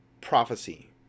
prophecy